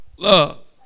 Love